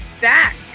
back